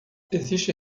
existe